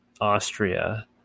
Austria